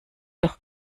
doch